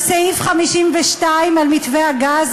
על סעיף 52, על מתווה הגז.